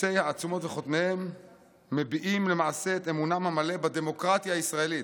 מפיצי העצומות וחותמיהן מביעים למעשה את אמונם המלא בדמוקרטיה הישראלית.